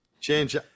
Change